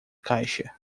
caixa